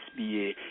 SBA